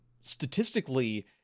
statistically